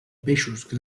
peixos